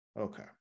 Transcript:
okay